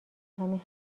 همین